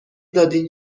دادین